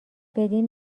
بدین